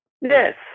Yes